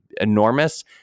enormous